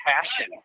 passion